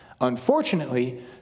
Unfortunately